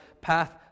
path